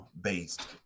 based